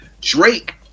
Drake